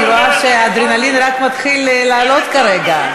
אני רואה שהאדרנלין רק מתחיל לעלות כרגע,